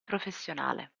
professionale